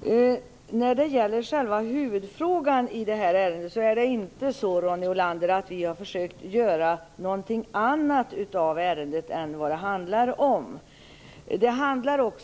Fru talman! När det gäller själva huvudfrågan i detta ärende kan jag säga att vi inte har försökt göra någonting annat av ärendet än vad som är fallet,